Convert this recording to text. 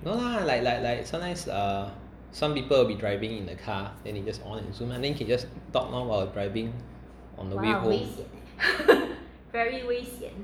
no lah like like like sometimes uh some people will be driving in the car then they just on then can just talk lor while driving